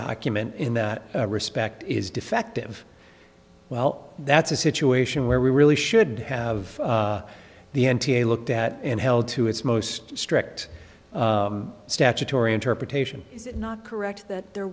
document in that respect is defective well that's a situation where we really should have the m t a looked at and held to its most strict statutory interpretation is not correct that there